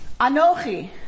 Anochi